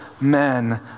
men